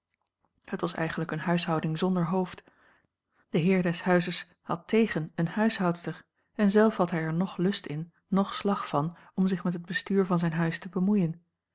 het was eigenlijk eene huishouding zonder hoofd de heer des huizes had tegen eene huishoudster en zelf had hij er noch lust in noch slag van om zich met het bestuur van zijn huis te bemoeien